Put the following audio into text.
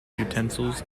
utensils